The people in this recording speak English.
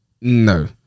No